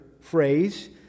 phrase